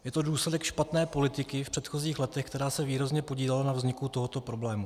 Je to důsledek špatné politiky v předchozích letech, která se výrazně podílela na vzniku tohoto problému.